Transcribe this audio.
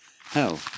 Hell